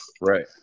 Right